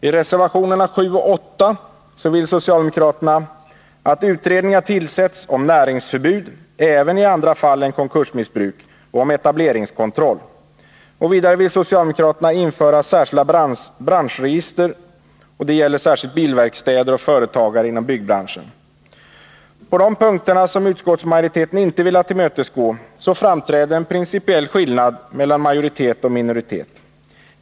I reservationerna 7 och 8 vill socialdemokraterna att utredningar skall tillsättas om näringsförbud även i andra fall än konkursmissbruk och om etableringskontroll. Vidare vill socialdemokraterna införa särskilda branschregister. Det gäller särskilt bilverkstäder och företagare inom byggbranschen. På dessa punkter, som utskottsmajoriteten inte velat tillmötesgå, framträder en principiell skillnad mellan majoritet och minoritet.